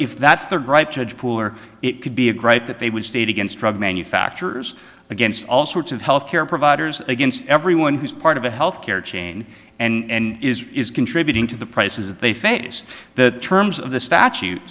if that's the right judge pooler it could be a gripe that they would state against drug manufacturers against all sorts of health care providers against everyone who's part of a health care chain and is is contributing to the prices they face the terms of the statute